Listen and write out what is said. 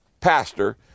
pastor